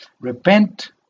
repent